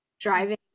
driving